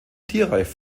tierreich